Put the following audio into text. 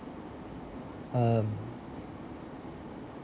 um